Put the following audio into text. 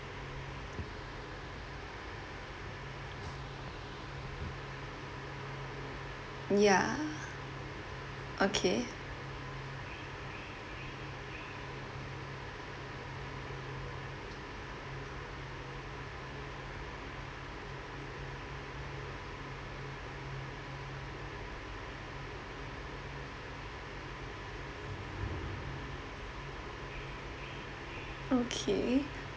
ya okay okay